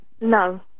no